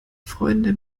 freunde